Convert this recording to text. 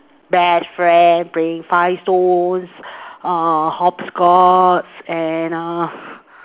best friend playing five stones uh hop scotch and err